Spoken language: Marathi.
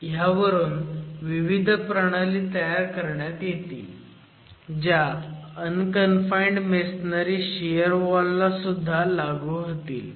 ह्यावरून विविध प्रणाली तयार करता येतील ज्या अनकन्फाईंड मेसोनरी शियर वॉल ला सुद्धा लागू होतात